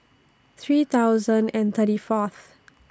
three thousand and thirty Fourth